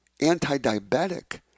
anti-diabetic